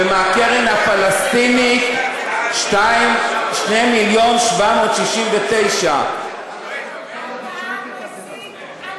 ומהקרן הפלסטינית 2 מיליון 769,000. אתה מסית עלוב,